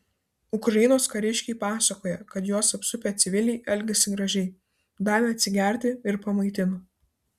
ukrainos kariškiai pasakojo kad juos apsupę civiliai elgėsi gražiai davė atsigerti ir pamaitino